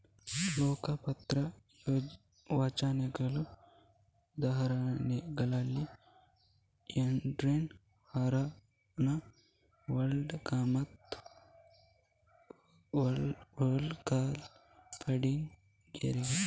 ಲೆಕ್ಕ ಪತ್ರ ವಂಚನೆಗಳ ಉದಾಹರಣೆಗಳಲ್ಲಿ ಎನ್ರಾನ್ ಹಗರಣ, ವರ್ಲ್ಡ್ ಕಾಮ್ಮತ್ತು ಓಕಾಲಾ ಫಂಡಿಂಗ್ಸ್ ಗೇರಿವೆ